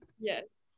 yes